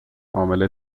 عامل